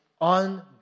on